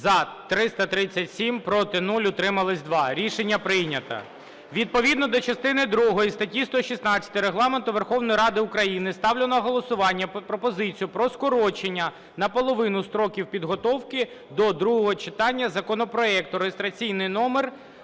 За-337 Проти – 0, утримались – 2. Рішення прийнято. Відповідно до частини другої статті 116 Регламенту Верховної Ради України ставлю на голосування пропозицію про скорочення наполовину строків підготовки до другого читання законопроекту (реєстраційний номер